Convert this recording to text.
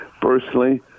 personally